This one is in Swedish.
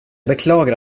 beklagar